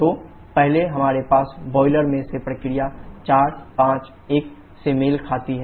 तो पहले हमारे पास बॉयलर है जो प्रक्रिया 4 5 1 से मेल खाती है